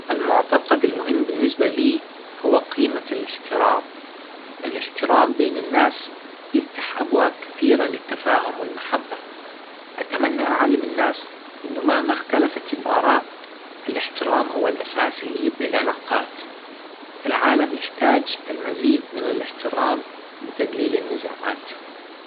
المعتقد المهم بالنسبة لي هو قيمة الاحترام الاحترام بين الناس يفتح ابواب كثيرة للتفاهم والمحبة اتمنى اعلم الناس انه مهما اختلفت الاراء الاحترام هو الاساس اللي يبني العلاقات العالم يحتاج المزيد من الاحترام لتجليل النزاعات